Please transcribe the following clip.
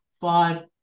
five